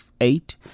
eight